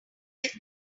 left